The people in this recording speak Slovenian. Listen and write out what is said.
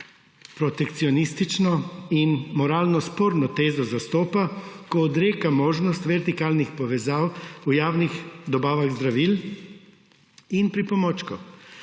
protekcionistično in moralno sporno tezo zastopa, ko odreka možnost vertikalnih povezav v javnih dobavah zdravil in pripomočkov?